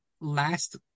last